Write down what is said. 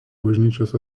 bažnyčios